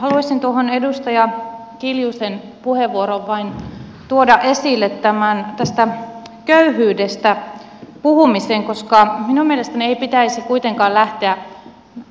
haluaisin tuohon edustaja kiljusen puheenvuoroon vain tuoda esille tästä köyhyydestä puhumisen koska minun mielestäni ei pitäisi kuitenkaan lähteä